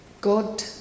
God